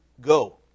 go